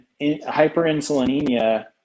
hyperinsulinemia